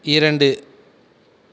இரண்டு